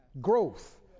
Growth